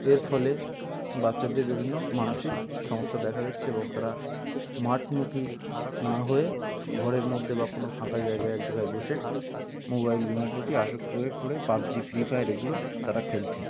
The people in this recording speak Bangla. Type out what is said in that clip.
এর ফলে বাচ্চাদের বিভিন্ন মানসিক সমস্যা দেখা দিচ্ছে এবং তারা মাঠমুখী না হয়ে ঘরের মধ্যে বা কোনো ফাঁকা জায়গায় এক জায়গায় বসে মোবাইল গেমের প্রতি আসক্ত হয়ে পড়ে পাবজি ফ্রি ফায়ার এগুলো তারা খেলছে